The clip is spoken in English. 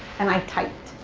and i've typed,